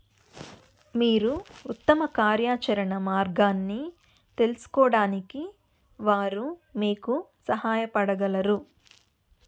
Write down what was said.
మీరు ఉత్తమ కార్యాచరణ మార్గాన్ని తెలుసుకోడానికి వారు మీకు సహాయపడగలరు